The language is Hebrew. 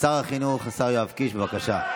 שר החינוך יואב קיש, בבקשה.